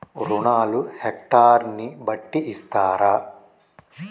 రుణాలు హెక్టర్ ని బట్టి ఇస్తారా?